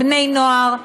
בני-נוער,